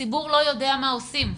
הציבור לא יודע מה עושים.